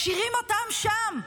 משאירים אותם שם.